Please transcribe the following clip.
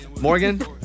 Morgan